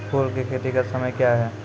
फुल की खेती का समय क्या हैं?